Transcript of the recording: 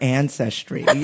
ancestry